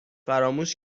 فراموش